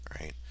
right